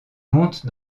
monte